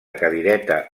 cadireta